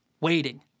Waiting